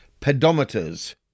Pedometers